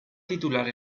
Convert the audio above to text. titular